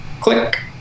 click